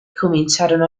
cominciarono